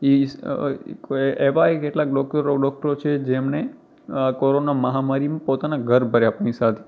ઈસ્સ એવાય કેટલાક લોકો ડૉક્ટરો ડૉક્ટરો છે જેમણે કોરોના મહામારીમાં પોતાના ઘર ભર્યાં આપની સાથે